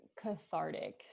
cathartic